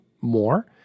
more